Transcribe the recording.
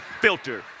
Filter